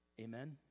Amen